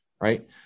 right